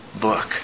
book